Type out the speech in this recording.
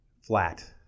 flat